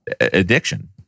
addiction